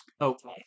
okay